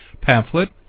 pamphlet